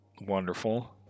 wonderful